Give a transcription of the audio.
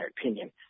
opinion